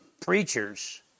preachers